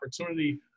opportunity